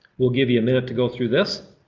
we'll give you a minute to go through this.